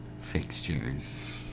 fixtures